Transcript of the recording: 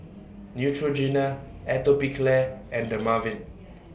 Neutrogena Atopiclair and Dermaveen